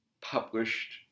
published